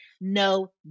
No